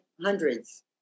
hundreds